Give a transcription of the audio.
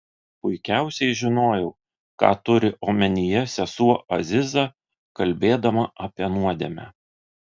puikiausiai žinojau ką turi omenyje sesuo aziza kalbėdama apie nuodėmę